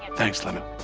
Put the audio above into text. thanks, lemon.